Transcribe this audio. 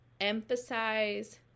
emphasize